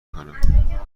کنم